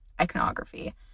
iconography